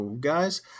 guys